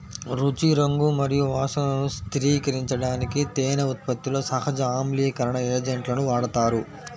రుచి, రంగు మరియు వాసనను స్థిరీకరించడానికి తేనె ఉత్పత్తిలో సహజ ఆమ్లీకరణ ఏజెంట్లను వాడతారు